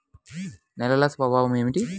నేలల స్వభావం ఏమిటీ?